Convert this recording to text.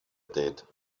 did